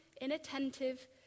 inattentive